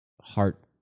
heart